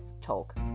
talk